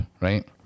right